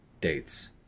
dates